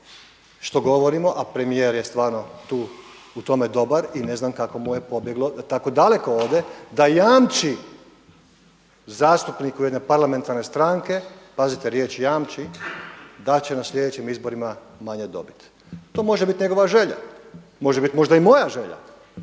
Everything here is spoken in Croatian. što govorimo a premijer je stvarno tu u tome dobar i ne znam kako mu je pobjeglo da tako daleko ode da jamči zastupniku jedne parlamentarne stranke, pazite riječ jamči da će na slijedećim izborima manje dobiti. To može biti njegova želja, može biti možda i moja želja